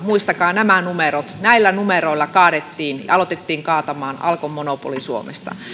muistakaa nämä numerot näillä numeroilla alettiin kaatamaan alkon monopoli suomesta